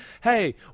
hey